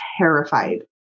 terrified